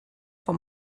for